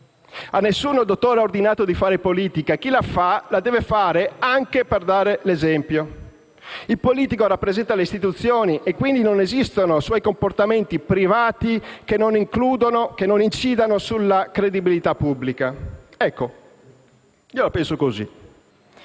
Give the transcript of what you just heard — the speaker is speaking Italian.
A nessuno il dottore ha ordinato di fare politica e chi la fa, la deve fare anche per dare l'esempio. Il politico rappresenta le istituzioni e quindi non esistono suoi comportamenti privati che non incidano sulla credibilità pubblica». Ecco, io la penso così,